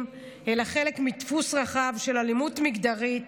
אלא חלק מדפוס רחב של אלימות מגדרית,